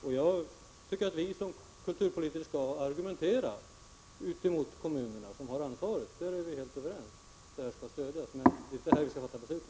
Jag tycker att vi som kulturpolitiker skall argumentera för detta i kommunerna. Vi är överens om att musiklivet skall stödjas, men vi kan inte fatta ett sådant här beslut.